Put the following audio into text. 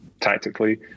Tactically